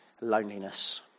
loneliness